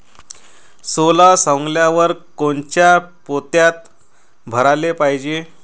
सोला सवंगल्यावर कोनच्या पोत्यात भराले पायजे?